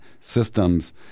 systems